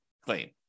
claim